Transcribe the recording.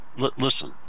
Listen